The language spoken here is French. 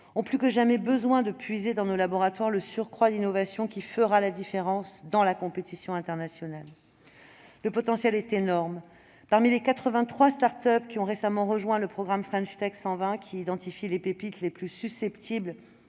ont plus que jamais besoin de puiser dans nos laboratoires le surcroît d'innovation qui fera la différence dans la compétition internationale. Le potentiel est énorme : parmi les 83 start-up qui ont récemment rejoint le programme French Tech 120, qui identifie les pépites les plus susceptibles